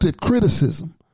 criticism